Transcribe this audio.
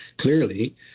clearly